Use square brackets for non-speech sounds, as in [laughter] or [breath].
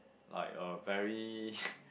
like a very [breath]